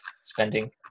spending